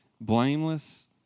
blameless